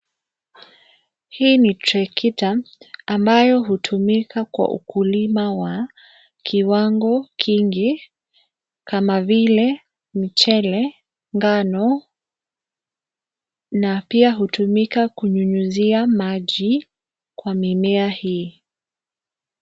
Hii ni trekta ambayo hutumika kwa ukulima wa kiwango kingi kama vile mchele, ngano na pia hutumika kunyunyuzia maji kwa mimea hii.